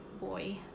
boy